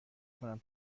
کنم